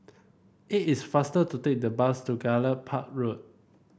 it is faster to take the bus to Gallop Park Road